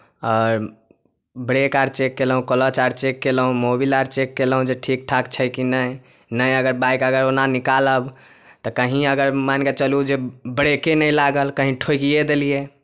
आओर ब्रेक आर चेक कयलहुँ क्लच आर चेक कयलहुँ मोबिल आर चेक कयलहुँ जे ठीक ठाक छै कि नहि नहि अगर बाइक अगर ओना निकालब तऽ कहीँ अगर मानि कऽ चलू जे ब्रेके नहि लागल कहीँ ठोकिए देलियै